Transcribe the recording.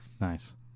Nice